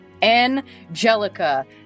Angelica